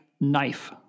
knife